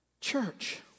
Church